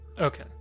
Okay